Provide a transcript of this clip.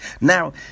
Now